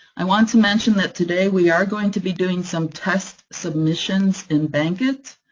i wanted to mention that today, we are going to be doing some test submissions in bankit.